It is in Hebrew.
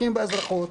משחקים באזרחות,